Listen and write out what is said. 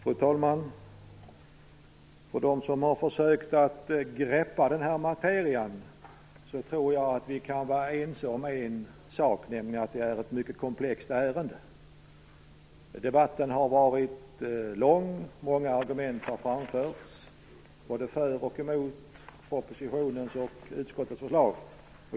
Fru talman! Vi som har försökt att greppa denna materia tror jag kan vara ense om en sak, nämligen att detta är ett mycket komplext ärende. Debatten har varit lång, och många argument har framförts både för och emot propositionens och utskottets förslag.